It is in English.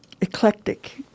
eclectic